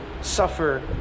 suffer